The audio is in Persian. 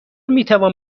میتوان